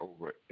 over